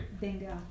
Bingo